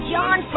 John